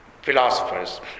philosophers